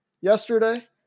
yesterday